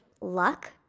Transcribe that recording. luck